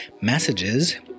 messages